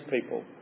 people